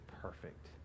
perfect